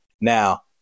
now